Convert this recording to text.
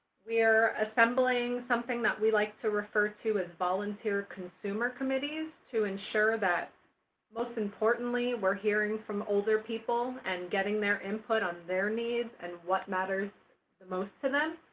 we're assembling something that we like to refer to as volunteer consumer committees to ensure that most importantly we're hearing from older people and getting their input on their needs and what matters most to them.